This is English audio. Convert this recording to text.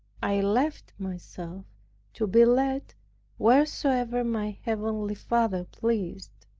i left myself to be led wheresoever my heavenly father pleased,